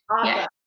Awesome